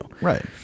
Right